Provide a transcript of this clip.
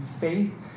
faith